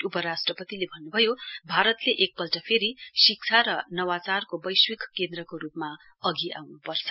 उपराष्ट्रपतिले भन्नुभयो भारतले एकपल्ट फेरि शिक्षा र नवाचारको वैश्विक केन्द्रको रूपमा अधि आउन्पर्छ